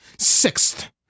Sixth